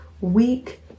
week